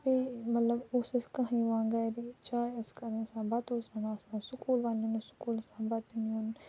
بیٚیہِ مطلب پوٚژھ ٲس کانٛہہ یِوان گَرِ چاے ٲس کَرٕنۍ آسان بتہٕ اوس رنُن آسان سُکوٗل والٮ۪ن اوس سُکوٗل آسان بتہٕ نیُن